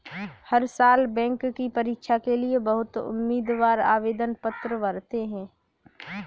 हर साल बैंक की परीक्षा के लिए बहुत उम्मीदवार आवेदन पत्र भरते हैं